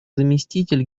заместитель